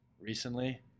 recently